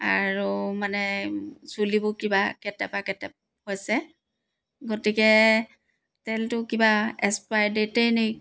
আৰু মানে চুলিবোৰ কিবা কেটেপা কেটেপ হৈছে গতিকে তেলটো কিবা এক্সপাইৰী ডেটেই নে